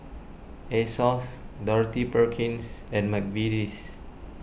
Asos Dorothy Perkins and Mcvitie's